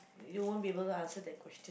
you won't be able to answer that question